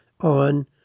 on